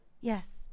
Yes